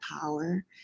power